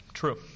true